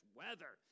weather